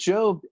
Job